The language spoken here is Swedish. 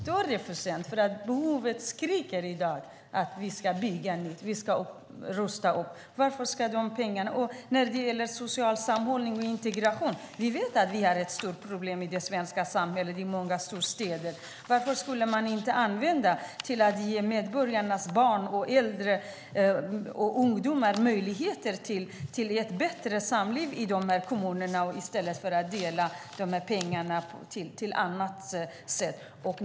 Det är i dag ett skriande behov av att bygga nytt och rusta upp. När det gäller social sammanhållning och integration vet vi att det finns stora problem i det svenska samhället i många storstäder. Varför skulle man inte använda pengarna för att ge medborgarna - barn, äldre och ungdomar - möjligheter till ett bättre samliv i de här kommunerna i stället för att använda pengarna till annat?